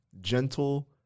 Gentle